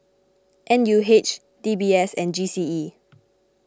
N U H D B S and G C E